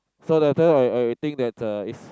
so later I I will think that uh is